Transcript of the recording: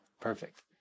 Perfect